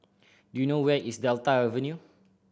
do you know where is Delta Avenue